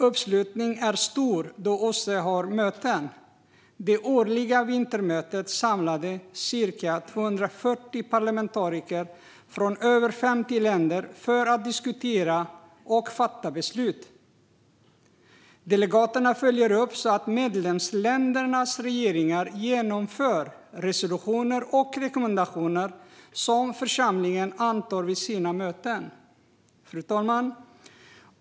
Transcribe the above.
Uppslutningen är stor när OSSE har möten. Det årliga vintermötet samlade ca 240 parlamentariker från över 50 länder för att diskutera och fatta beslut. Delegaterna följer upp att medlemsländernas regeringar genomför resolutioner och rekommendationer som församlingen antar vid sina möten. Fru talman!